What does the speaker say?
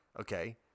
Okay